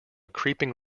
creeping